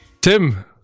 Tim